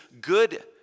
good